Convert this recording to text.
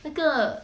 那个